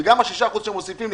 וגם ה-6% שמוסיפים לי,